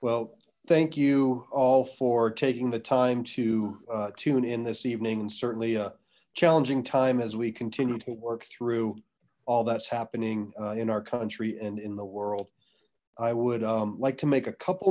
well thank you all for taking the time to tune in this evening and certainly a challenging time as we continue to work through all that's happening in our country and in the world i would like to make a couple